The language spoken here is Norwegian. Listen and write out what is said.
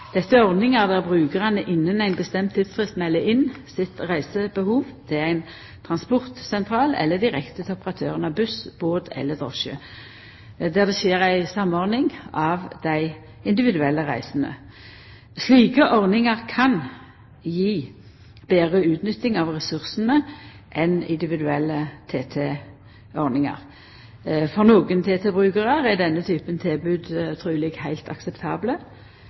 Dette er ordningar der brukarane innan ein bestemt tidsfrist melder inn sine reisebehov til ein transportsentral eller direkte til operatøren av buss, båt eller drosje, og der det skjer ei samordning av dei individuelle reisene. Slike ordningar kan gje betre utnytting av ressursane enn individuelle TT-ordningar. For nokre TT-brukarar er denne typen tilbod truleg heilt akseptable.